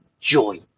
joy